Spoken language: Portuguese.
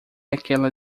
aquela